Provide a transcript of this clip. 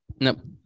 Nope